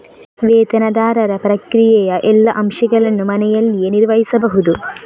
ವೇತನದಾರರ ಪ್ರಕ್ರಿಯೆಯ ಎಲ್ಲಾ ಅಂಶಗಳನ್ನು ಮನೆಯಲ್ಲಿಯೇ ನಿರ್ವಹಿಸಬಹುದು